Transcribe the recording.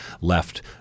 left